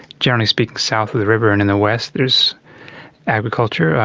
generally speaking south of the river, and in the west, there's agriculture,